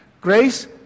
Grace